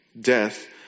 Death